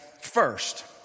First